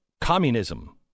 communism